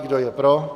Kdo je pro?